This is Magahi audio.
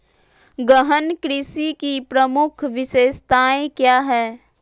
गहन कृषि की प्रमुख विशेषताएं क्या है?